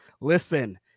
Listen